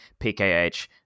PKH